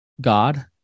God